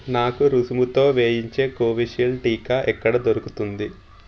నాకు రుసుముతో వేయించే కోవిషీల్డ్ టీకా ఎక్కడ దొరుకుతుంది